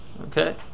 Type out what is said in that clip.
Okay